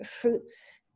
fruits